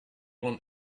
want